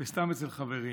וסתם אצל חברים.